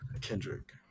Kendrick